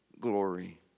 glory